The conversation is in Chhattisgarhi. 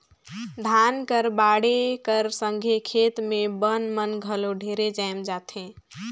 धान कर बाढ़े कर संघे खेत मे बन मन घलो ढेरे जाएम जाथे